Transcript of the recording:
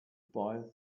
boy